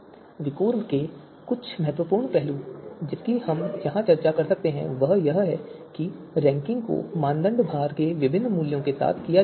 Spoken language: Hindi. विकोर के कुछ महत्वपूर्ण पहलू जिनकी हम यहां चर्चा कर सकते हैं वह यह है कि रैंकिंग को मानदंड भार के विभिन्न मूल्यों के साथ किया जा सकता है